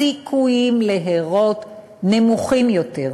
הסיכויים להרות נמוכים יותר.